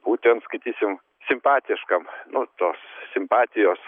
būtent skaitysim simpatiškam nu tos simpatijos